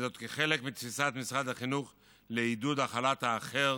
וזאת, כחלק מתפיסת משרד החינוך לעודד הכלת האחר